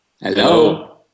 Hello